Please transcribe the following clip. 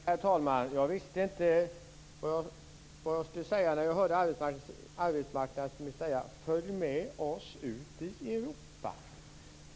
Herr talman! Jag vet inte vad jag skall säga när jag hör arbetsmarknadsministern säga: Följ med oss ut i Europa!